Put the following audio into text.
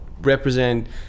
represent